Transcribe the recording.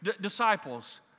disciples